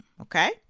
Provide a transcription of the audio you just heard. okay